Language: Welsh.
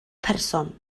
person